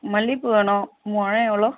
மல்லிகை பூ வேணும் முழம் எவ்வளோ